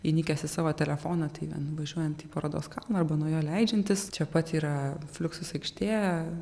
įnikęs į savo telefoną tai vien važiuojant į parodos kalną arba nuo jo leidžiantis čia pat yra fliuksus aikštė